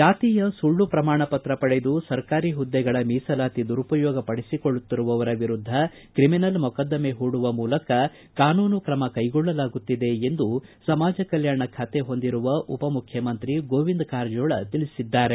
ಜಾತಿಯ ಸುಳ್ಳು ಪ್ರಮಾಣಪತ್ರ ಪಡೆದು ಸರ್ಕಾರಿ ಹುದ್ದೆಗಳ ಮೀಸಲಾತಿ ದುರುಪಯೋಗ ಪಡಿಸಿಕೊಳ್ಳುತ್ತಿರುವವರ ವಿರುದ್ದ ಕ್ರಿಮಿನಲ್ ಮೊಕದ್ದಮೆ ಹೂಡುವ ಮೂಲಕ ಕಾನೂನು ಕ್ರಮಕೈಗೊಳ್ಳಲಾಗುತ್ತಿದೆ ಎಂದು ಸಮಾಜ ಕಲ್ಕಾಣ ಖಾತೆ ಹೊಂದಿರುವ ಉಪಮುಖ್ಯಮಂತ್ರಿ ಗೋವಿಂದ ಕಾರಜೋಳ ತಿಳಿಸಿದ್ದಾರೆ